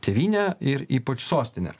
tėvyne ir ypač sostine